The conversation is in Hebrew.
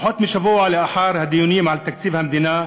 פחות משבוע לאחר הדיונים על תקציב המדינה,